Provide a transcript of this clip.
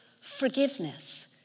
forgiveness